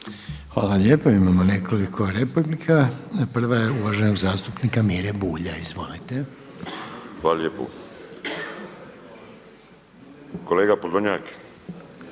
Hvala lijepa. Imamo nekoliko replika. Prva je uvaženog zastupnika Mire Bulja. Izvolite. **Bulj, Miro (MOST)** Hvala lijepo. Kolega Podolnjak,